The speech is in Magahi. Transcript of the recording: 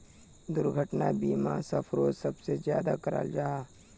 दुर्घटना बीमा सफ़रोत सबसे ज्यादा कराल जाहा